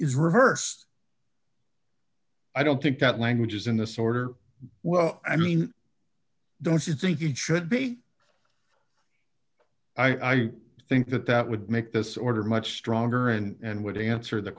is reverse i don't think that language is in this order well i mean don't you think you should be i think that that would make this order much stronger and would answer th